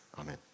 Amen